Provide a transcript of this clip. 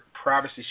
privacy